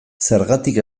zergatik